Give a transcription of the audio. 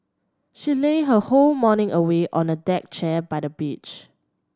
she lazed her whole morning away on a deck chair by the beach